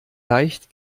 leicht